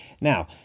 Now